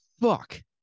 fuck